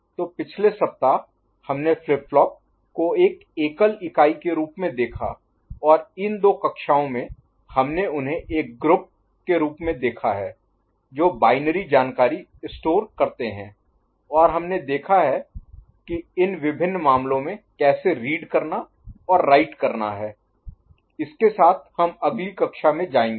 तो पिछले सप्ताह हमने फ्लिप फ्लॉप को एक एकल इकाई के रूप में देखा और इन दो कक्षाओं में हमने उन्हें एक ग्रुप Group समूह के रूप में देखा है जो बाइनरी जानकारी स्टोर Store संग्रहीत करते हैं और हमने देखा है कि इन विभिन्न मामलों में कैसे रीड करना और राइट करना है इसके साथ हम अगली कक्षा में जायेंगे